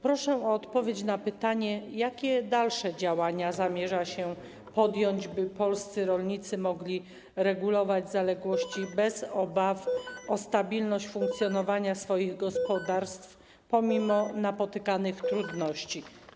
Proszę o odpowiedź na pytanie: Jakie dalsze działania zamierza się podjąć, by polscy rolnicy mogli regulować zaległości bez obaw o stabilność funkcjonowania swoich gospodarstw pomimo napotykanych trudności?